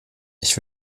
ich